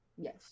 Yes